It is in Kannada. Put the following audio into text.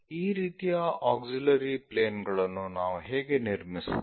ಈ ರೀತಿಯ ಆಕ್ಸಿಲರಿ ಪ್ಲೇನ್ ಗಳನ್ನು ನಾವು ಹೇಗೆ ನಿರ್ಮಿಸುತ್ತೇವೆ